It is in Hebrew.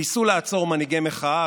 ניסו לעצור מנהיגי מחאה.